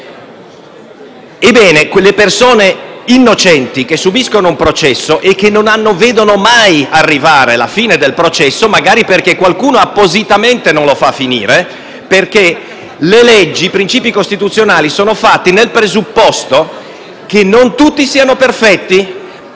Ebbene quelle persone innocenti, che subiscono un processo e che non vedono mai arrivarne la fine, magari perché qualcuno appositamente non lo fa finire. Le leggi e i princìpi costituzionali sono fatti nel presupposto che non tutti siano perfetti